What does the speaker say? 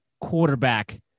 quarterback